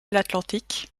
l’atlantique